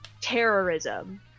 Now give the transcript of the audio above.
terrorism